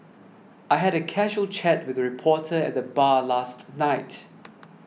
I had a casual chat with a reporter at the bar last night